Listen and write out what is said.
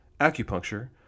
acupuncture